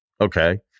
Okay